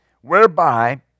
whereby